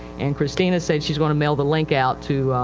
and christina said, sheis going to mail the link out to,